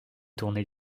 tournée